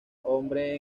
hombre